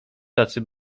tacy